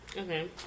Okay